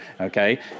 Okay